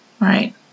right